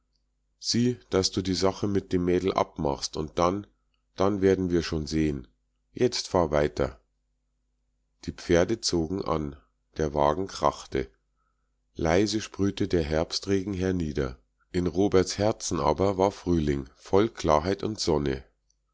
sieh daß du die sache mit dem mädel abmachst und dann dann werden wir schon sehen jetzt fahr weiter die pferde zogen an der wagen krachte leise sprühte der herbstregen hernieder in roberts herzen aber war frühling voll klarheit und sonne